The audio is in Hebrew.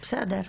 בסדר.